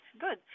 good